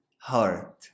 heart